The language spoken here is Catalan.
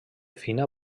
fina